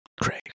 Craig